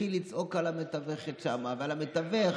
והתחיל לצעוק על המתווכת שם, על המתווך.